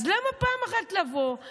אז למה לא פעם אחת לבוא,